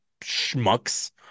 schmucks